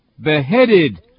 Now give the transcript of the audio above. beheaded